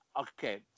okay